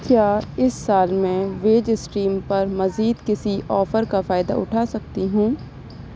کیا اس سال میں ویج اسٹیم پر مزید کسی آفر کا فائدہ اٹھا سکتی ہوں